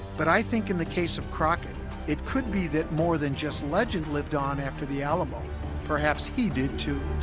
but i think in the case of crockett it could be that more than just legend lived on after the alamo perhaps he did too